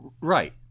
Right